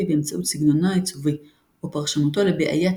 באמצעות סגנונו העיצובי או פרשנותו ל"בעיית"